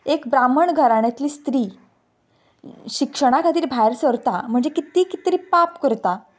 एक ब्राम्हण घराण्यांतली स्त्री शिक्षणा खातीर भायर सरता म्हणजे कित ती कित तरी पाप करता